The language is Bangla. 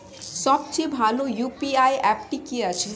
সবচেয়ে ভালো ইউ.পি.আই অ্যাপটি কি আছে?